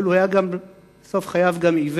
אבל בסוף חייו הוא היה גם עיוור.